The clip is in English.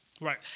right